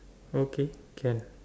okay can